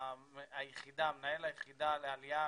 מנהל היחידה לעלייה,